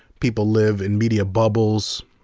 people live in media bubbles,